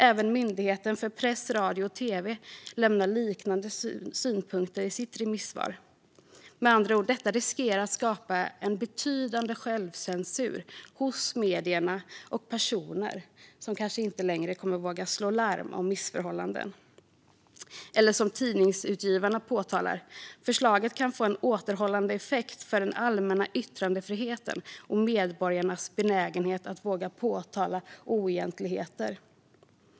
Även Myndigheten för press, radio och tv lämnar liknande synpunkter i sitt remissvar. Detta riskerar med andra ord att skapa en betydande självcensur hos medier och personer, som kanske inte längre kommer att våga slå larm om missförhållanden. Eller som Tidningsutgivarna påtalar: Förslaget kan få en återhållande effekt för den allmänna yttrandefriheten och medborgarnas benägenhet att våga påtala oegentligheter.